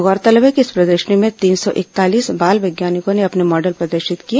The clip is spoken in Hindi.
गौरतलब है कि इस प्रदर्शनी में तीन सौ इकतालीस बाल वैज्ञानिकों ने अपने मॉडल प्रदर्शित किए